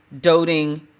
doting